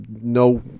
no